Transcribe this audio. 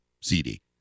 CD